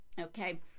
okay